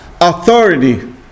authority